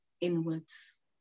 inwards